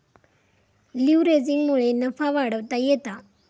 लीव्हरेजिंगमुळे नफा वाढवता येता